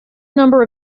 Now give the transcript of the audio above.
number